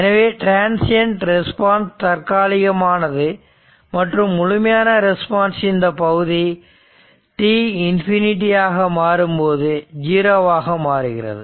எனவே transient response தற்காலிகமானது மற்றும் முழுமையான ரெஸ்பான்ஸ் ன் இந்தப் பகுதி t இன்ஃபினிட்டி ஆக மாறும்போது 0 ஆக குறைகிறது